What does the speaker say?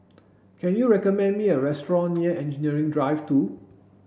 can you recommend me a restaurant near Engineering Drive two